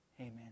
Amen